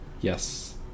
Yes